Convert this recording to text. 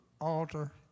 altar